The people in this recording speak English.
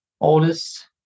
oldest